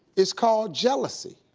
it's called jealousy.